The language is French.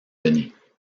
denis